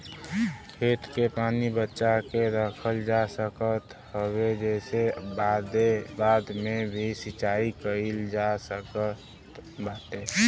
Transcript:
खेत के पानी बचा के रखल जा सकत हवे जेसे बाद में भी सिंचाई कईल जा सकत बाटे